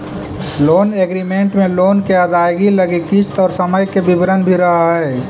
loan agreement में loan के अदायगी लगी किस्त और समय के विवरण भी रहऽ हई